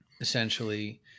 essentially